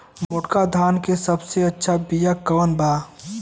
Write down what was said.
मोटका धान के सबसे अच्छा बिया कवन बा?